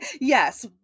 Yes